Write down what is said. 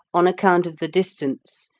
on account of the distance,